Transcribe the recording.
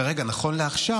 וכרגע כרגע, נכון לעכשיו,